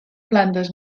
plantes